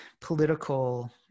political